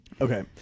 Okay